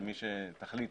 למי שתחליטו,